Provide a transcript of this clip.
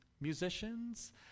musicians